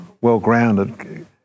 well-grounded